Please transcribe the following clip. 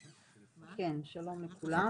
כן, שלום לכולם.